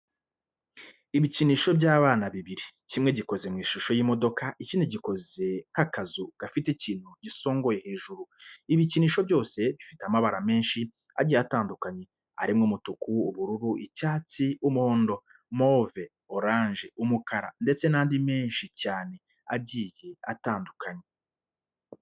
Ibikinisho by'abana bibiri, kimwe gikoze mu ishusho y'imodoka, ikindi gikoze nk'akazu gafite ikintu gisongoye hejuru. Ibi bikinisho byose bifite amabara menshi agiye atandukanye arimo umutuku, ubururu, icyatsi, umuhondo, move, oranje, umukara ndetse n'andi menshi cyane agiye atandukanye.